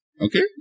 Okay